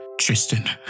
Tristan